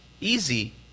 Easy